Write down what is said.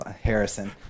Harrison